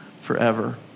forever